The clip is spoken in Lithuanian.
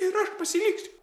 ir aš pasiliksiu